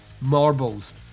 marbles